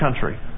country